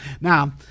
Now